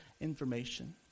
information